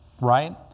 right